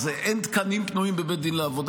אז אין תקנים פנויים בבית דין לעבודה.